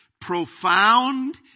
profound